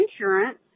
insurance